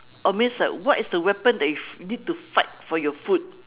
or means like what is the weapon that you you need to fight for your food